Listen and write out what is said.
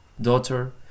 daughter